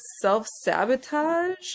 self-sabotage